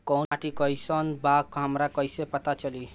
कोउन माटी कई सन बा हमरा कई से पता चली?